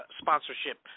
sponsorship